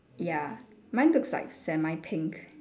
ya mine looks like semi pink